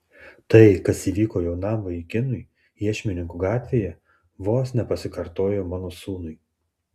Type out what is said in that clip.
tai kas įvyko jaunam vaikinui iešmininkų gatvėje vos nepasikartojo mano sūnui